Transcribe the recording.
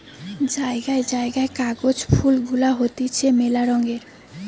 জায়গায় জায়গায় কাগজ ফুল গুলা হতিছে মেলা রঙের